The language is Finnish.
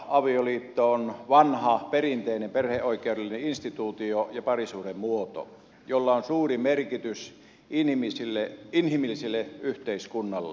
avioliitto on vanha perinteinen perheoikeudellinen instituutio ja parisuhdemuoto jolla on suuri merkitys inhimilliselle yhteiskunnalle